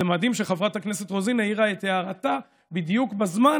זה מדהים שחברת הכנסת רוזין העירה את הערתה בדיוק בזמן